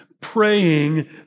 praying